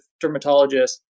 dermatologist